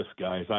guys